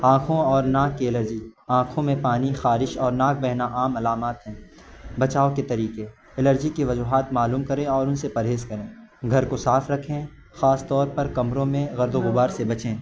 آنکھوں اور ناک کی الرجی آنکھوں میں پانی خارش اور ناک بہنا عام علامات ہیں بچاؤ کے طریقے الرجی کے وجوہات معلوم کریں اور ان سے پرہیز کریں گھر کو صاف رکھیں خاص طور پر کمروں میں گرد و غبار سے بچیں